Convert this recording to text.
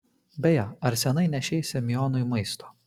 beje ar seniai nešei semionui maisto